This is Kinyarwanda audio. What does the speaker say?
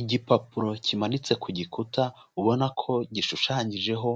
Igipapuro kimanitse ku gikuta, ubona ko gishushanyijeho